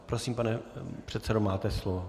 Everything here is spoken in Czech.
Prosím, pane předsedo, máte slovo.